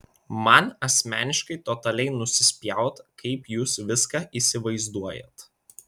man asmeniškai totaliai nusispjaut kaip jūs viską įsivaizduojat